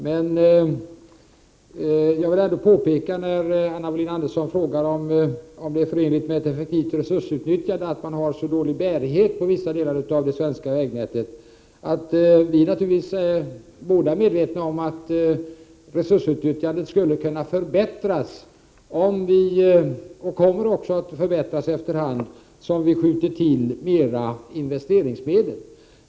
Men låt mig ändå påpeka, när Anna Wohlin-Andersson frågar om det är förenligt med ett effektivt resursutnyttjande att man har så dålig bärighet på vissa delar av det svenska vägnätet, att vi naturligtvis är medvetna om att resursutnyttjandet kommer att kunna förbättras efter hand som vi skjuter till mera investeringsmedel.